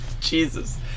Jesus